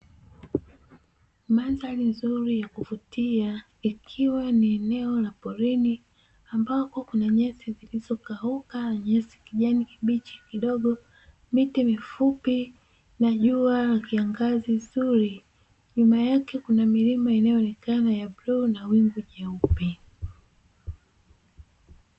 Mandhari nzuri ya kuvutia, ikiwa ni eneo la porini ambako kuna nyasi zilizokauka na nyasi kijani kibichi kidogo, miti mifupi najua kiangazi zuri nyuma yake kuna milima inayoonekana ya blue na wivu jeupe.